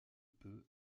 peu